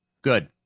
good.